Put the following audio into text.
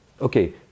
okay